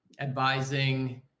advising